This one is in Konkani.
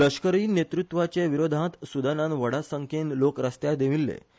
लष्करी नेतृत्वाचे विरोधांत सुदानान व्हडा संख्येन लोक रस्त्यार देविछ्ठे